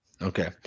okay